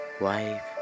wife